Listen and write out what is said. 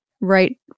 right